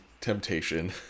temptation